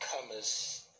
commerce